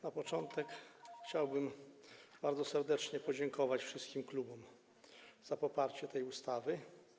Na początku chciałbym bardzo serdecznie podziękować wszystkim klubom za poparcie tej ustawy.